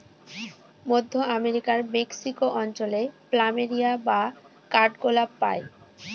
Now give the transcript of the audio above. মধ্য আমেরিকার মেক্সিকো অঞ্চলে প্ল্যামেরিয়া বা কাঠগোলাপ পাই